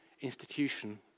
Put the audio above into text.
institution